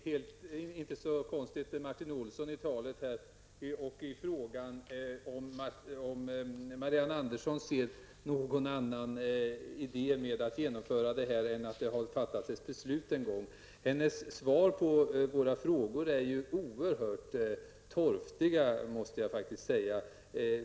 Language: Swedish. Fru talman! Jag kan falla Martin Olsson i talet och fråga Marianne Andersson i Givslaved om hon anser det vara någon annan mening med att genomföra det här än att det en gång har fattats ett beslut. Hennes svar på våra frågor är oerhört torftiga.